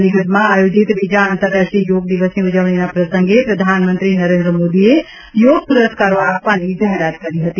ચંદીગઢમાં આયોજિત બીજા આંતરરાષ્ટ્રીય યોગ દિવસની ઉજવણીના પ્રસંગે પ્રધાનમંત્રી નરેન્દ્ર મોદીએ યોગ પુરસ્કારો આપવાની જાહેરાત કરી હતી